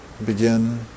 begin